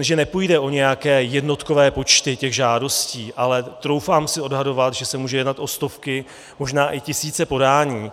že nepůjde o nějaké jednotkové počty těch žádostí, ale troufám si odhadovat, že se může jednat o stovky, možná i tisíce, podání.